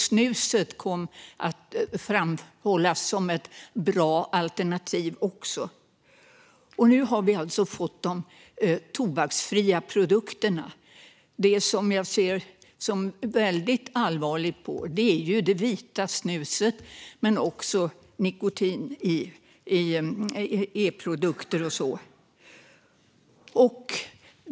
Snuset kom också att framhållas som ett bra alternativ. Nu har vi alltså fått de tobaksfria produkterna. Det jag ser väldigt allvarligt på är det vita snuset, men också nikotin i e-produkter och annat.